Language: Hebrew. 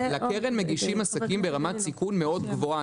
לקרן מגישים עסקים שנמצאים ברמת סיכון מאוד גבוהה.